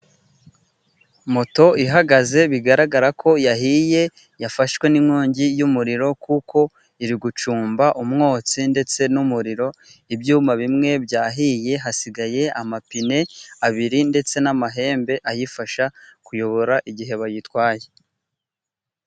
Moto ihagaze bigaragara ko yahiye yafashwe n'inkongi y'umuriro , kuko iri gucumba umwotsi ndetse n'umuriro, ibyuma bimwe byahiye , hasigaye amapine abiri ndetse n'amahembe ayifasha kuyobora igihe bayitwaye.